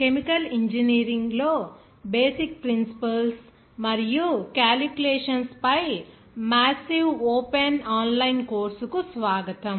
chemical ఇంజనీరింగ్లో basic principles మరియు calculations పై మాసివ్ ఓపెన్ ఆన్లైన్ కోర్సుకు స్వాగతం